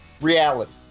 reality